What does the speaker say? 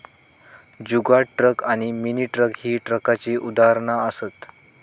जुगाड truck आणि mini truck ही ट्रकाची उदाहरणा असत